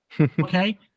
Okay